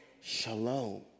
shalom